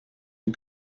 een